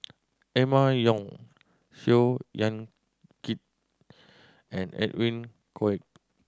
Emma Yong Seow Yit Kin and Edwin Koek